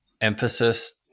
emphasis